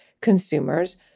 consumers